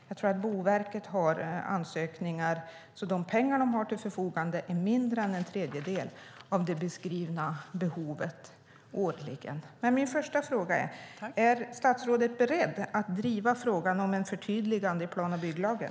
Jag tror att de pengar som Boverket har till sitt förfogande är mindre än en tredjedel av det beskrivna behovet årligen. Min första fråga är: Är statsrådet beredd att driva frågan om ett förtydligande i plan och bygglagen?